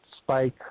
spike